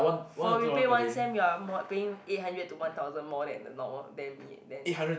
for we pay one cent we are more paying eight hundred to one thousand more than the normal demi eh then